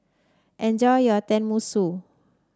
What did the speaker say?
enjoy your Tenmusu